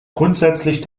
grundsätzlich